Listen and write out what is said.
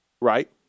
right